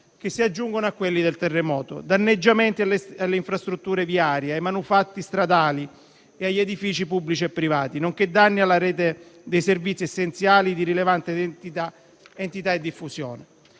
che si aggiungono a quelli del terremoto; danneggiamenti alle infrastrutture viarie, ai manufatti stradali e agli edifici pubblici e privati; nonché danni alla rete dei servizi essenziali di rilevante entità e diffusione.